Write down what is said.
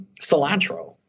cilantro